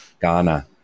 Ghana